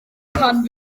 pan